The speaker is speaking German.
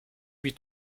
wie